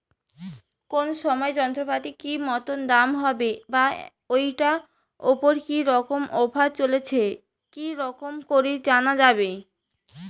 কোন সময় যন্ত্রপাতির কি মতন দাম হবে বা ঐটার উপর কি রকম অফার চলছে কি রকম করি জানা যাবে?